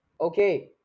Okay